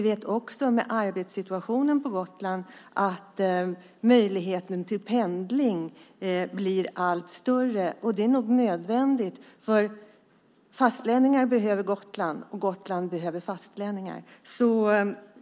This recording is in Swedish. Med tanke på arbetssituationen på Gotland vet vi att möjligheten till pendling blir allt större, och det är nog nödvändigt, för fastlänningar behöver Gotland och Gotland behöver fastlänningar.